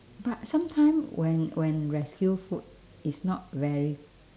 but sometime when when rescue food is not very